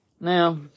Now